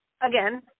again